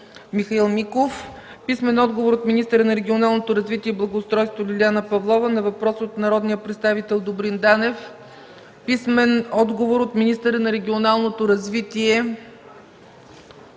Михаил Миков; - от министъра на регионалното развитие и благоустройството Лиляна Павлова на въпрос от народния представител Добрин Данев; - от министъра на регионалното развитие